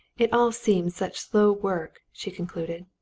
it all seems such slow work, she concluded,